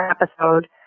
episode